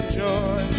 joy